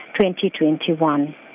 2021